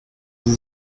sie